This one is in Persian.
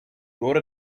دور